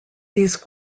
these